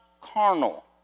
carnal